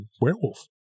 werewolf